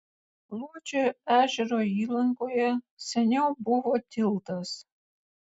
luodžio ežero įlankoje seniau buvo tiltas